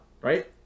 right